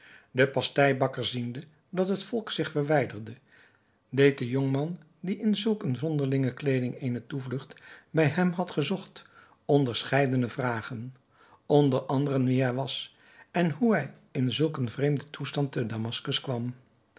de pasteibakker ziende dat het volk zich verwijderde deed den jongman die in zulk eene zonderlinge kleeding eene toevlugt bij hem had gezocht onderscheidene vragen onder anderen wie hij was en hoe hij in zulk een vreemden toestand te damaskus kwam